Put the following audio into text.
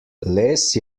les